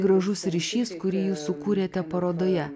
gražus ryšys kurį jūs sukūrėte parodoje